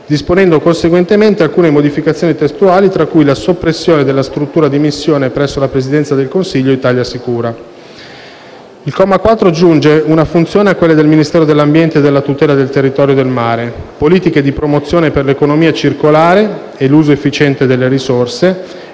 disponendo conseguentemente alcune modificazioni testuali tra cui la soppressione della struttura di missione presso la Presidenza del Consiglio ItaliaSicura. Il comma 4 aggiunge una funzione a quelle del Ministero dell'ambiente e della tutela del territorio e del mare: politiche di promozione per l'economia circolare e l'uso efficiente delle risorse